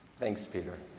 thanks, peter.